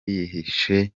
yiyishe